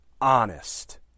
honest